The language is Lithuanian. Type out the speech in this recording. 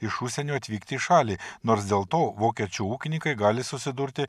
iš užsienio atvykti į šalį nors dėl to vokiečių ūkininkai gali susidurti